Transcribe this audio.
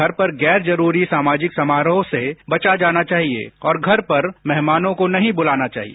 घर पर गैर जरूरी सामाजिक समारोह से बचा जाना चाहिए और घर पर मेहमानों को नहीं बुलाना चाहिए